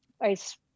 ice